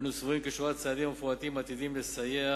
אנו סבורים כי שורת הצעדים המפורטים עתידים לסייע